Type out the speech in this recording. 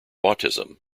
autism